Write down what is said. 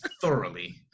thoroughly